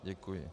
Děkuji.